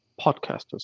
podcasters